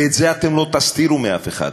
ואת זה אתם לא תסתירו מאף אחד.